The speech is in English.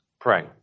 pray